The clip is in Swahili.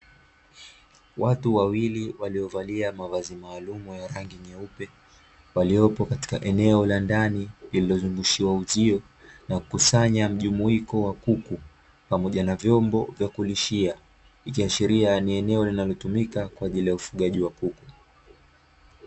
Watu wawili waliovalia mavazi maalumu ya rangi nyeupe waliopo katika eneo la ndani lililozungushiwa uzio na kukusanya mjumuiko wa kuku pamoja na vyombo vya kulishia, ikiashiria ni eneo linalotumika kwa ajili ya ufugaji wa kuku.